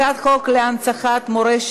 הצעת חוק הגנת הצרכן (תיקון,